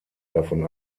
davon